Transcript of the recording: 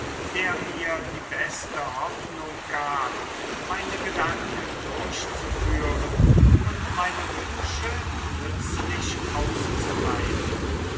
der mir die beste hoffnung gab meine gedanken durchzuführen und meine wünsche nützlich auszubreiten